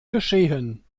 geschehen